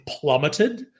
plummeted